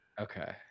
Okay